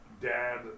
dad